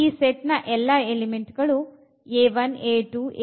ಈ ಸೆಟ್ಟಿನ ಎಲ್ಲ ಎಲಿಮೆಂಟ್ ಗಳು a1 a2 a3